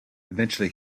eventually